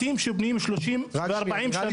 בתים של אנשים שבנויים במשך 30 ו-40 שנים.